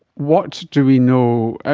what do we know, ah